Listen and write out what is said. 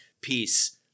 peace